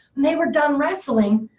they were done wrestling,